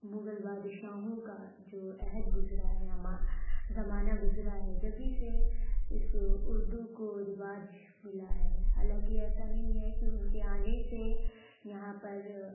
مغل بادشاہوں کا جو عہد گذرا ہے زمانہ گذرا ہے جبھی سے اس اردو کو رواج ملا ہے حالانکہ ایسا نہیں ہے کہ ان کے آنے سے یہاں پر